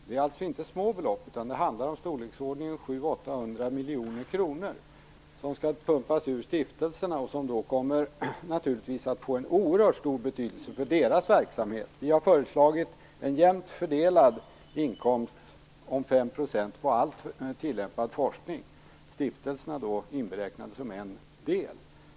Det är inga små belopp, utan det handlar om i storleksordningen 700-800 miljoner kronor som skall pumpas ur stiftelserna och som naturligtvis kommer att få en oerhört stor betydelse för deras verksamhet. Miljöpartiet har föreslagit en jämnt fördelad inkomst om 5 % på all tillämpad forskning med stiftelserna inberäknade som en del.